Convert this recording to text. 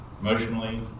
emotionally